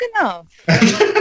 enough